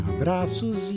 Abraços